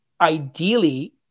ideally